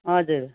हजुर